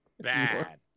bad